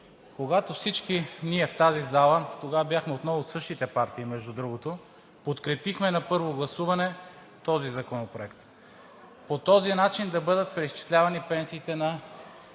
когато всички ние в тази зала, тогава бяхме отново същите партии, между другото, подкрепихме на първо гласуване този законопроект, по този начин да бъдат преизчислявани пенсиите на